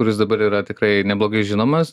kuris dabar yra tikrai neblogai žinomas